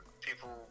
People